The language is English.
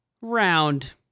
round